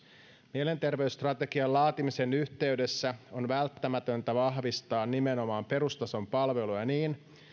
mielenterveysstrategian laatimisen yhteydessä on välttämätöntä vahvistaa nimenomaan perustason palveluja niin